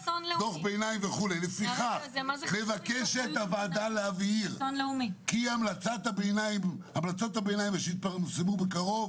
--- לפיכך מבקשת הוועדה להבהיר כי המלצות הביניים שיתפרסמו בקרוב